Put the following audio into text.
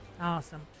Awesome